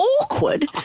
Awkward